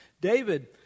David